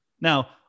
Now